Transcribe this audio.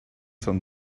from